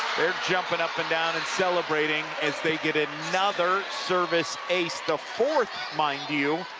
jumping up and down and celebrating as they get ah another service ace. the fourth, mind you,